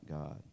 God